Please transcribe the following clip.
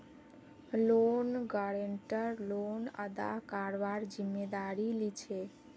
loan guarantor loan अदा करवार जिम्मेदारी लीछे